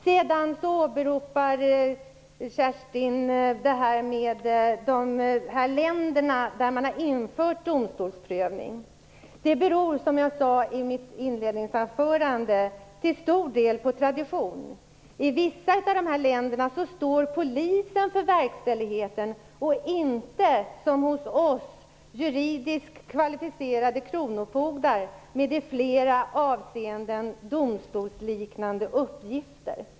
Sedan åberopar Kerstin Warnerbring de länder där man har infört domstolsprövning. Det beror, som jag sade i mitt inledningsanförande, till stor del på tradition. I vissa av dessa länder står polisen för verkställigheten och inte som hos oss juridiskt kvalificerade kronofogdar med i flera avseenden domstolsliknande uppgifter.